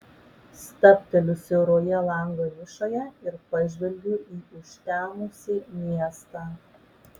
stabteliu siauroje lango nišoje ir pažvelgiu į užtemusį miestą